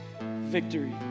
victory